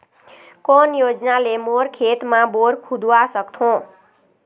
कोन योजना ले मोर खेत मा बोर खुदवा सकथों?